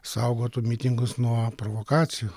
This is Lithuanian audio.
saugotų mitingus nuo provokacijų